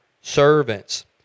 servants